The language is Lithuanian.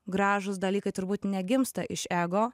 gražūs dalykai turbūt negimsta iš ego